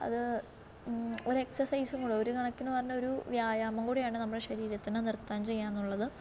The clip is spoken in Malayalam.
അത് ഒരു എക്സിർസൈസ്കൂടെ ഒരുകണക്കിന് പറഞ്ഞാൽ ഒരു വ്യായാമം കൂടെയാണ് നമ്മുടെ ശരീരത്തിന് നൃത്തം ചെയ്യാന്നുള്ളത്